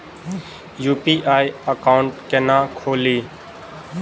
UPI account केना खोलि?